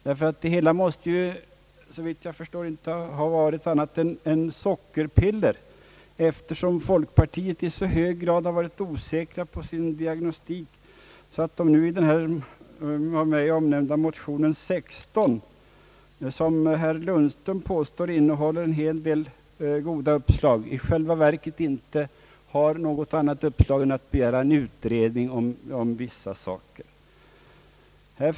Det hela måste, såvitt jag förstår, inte ha varit annat än sockerpiller, eftersom folkpartiet i så hög grad har varit osäkert på sin diagnostik att man i den av mig nämnda motionen, II: 16, som herr Lundström påstår innehåller en hel del goda uppslag, i själva verket inte har något annat uppslag än att begära utredning om vissa frågor.